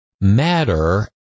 matter